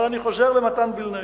אבל אני חוזר למתן וילנאי: